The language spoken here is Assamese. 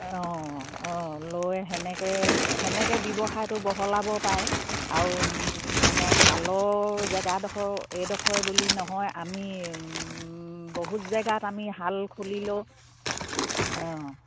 অঁ অঁ লৈ তেনেকৈ তেনেকৈ ব্যৱসায়টো বহলাব পাৰে আৰু মানে শালৰ জেগাডোখৰ এইডোখৰে বুলি নহয় আমি বহুত জেগাত আমি শাল খুলি লওঁ অঁ